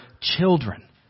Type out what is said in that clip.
children